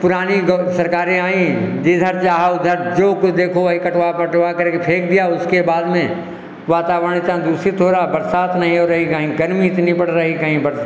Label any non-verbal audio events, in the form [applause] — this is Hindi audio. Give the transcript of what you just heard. पुरानी सरकारें आईं जिधर चाहा उधर जो को देखो वही कटवा पटवाकर कर फेंक दिया उसके बाद में वातावरण इतना दूषित हो रहा बरसात नहीं हो रही कहीं गर्मी इतनी बढ़ रही कहीं [unintelligible]